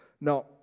Now